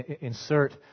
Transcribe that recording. Insert